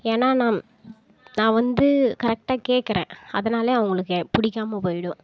ஏன்னா நான் நான் வந்து கரெட்டாக கேட்குறன் அதனால் அவங்களுக்கு ஏ பிடிக்காம போயிடும்